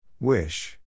Wish